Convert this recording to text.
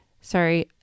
sorry